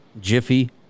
Jiffy